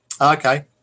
Okay